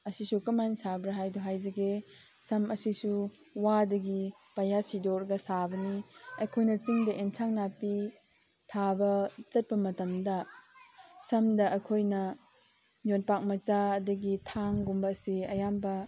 ꯑꯁꯤꯁꯨ ꯀꯃꯥꯏꯅ ꯁꯥꯕ꯭ꯔꯥ ꯍꯥꯏꯗꯨ ꯍꯥꯏꯖꯒꯦ ꯁꯝ ꯑꯁꯤꯁꯨ ꯋꯥꯗꯒꯤ ꯄꯩꯌꯥ ꯁꯤꯗꯣꯛꯂꯒ ꯁꯥꯕꯅꯤ ꯑꯩꯈꯣꯏꯅ ꯆꯤꯡꯗ ꯑꯦꯟꯁꯥꯡ ꯅꯥꯄꯤ ꯊꯥꯕ ꯆꯠꯄ ꯃꯇꯝꯗ ꯁꯝꯗ ꯑꯩꯈꯣꯏꯅ ꯌꯣꯠꯄꯥꯛ ꯃꯆꯥ ꯑꯗꯒꯤ ꯊꯥꯡꯒꯨꯝꯕ ꯑꯁꯤ ꯑꯌꯥꯝꯕ